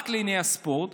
רק לענייני הספורט,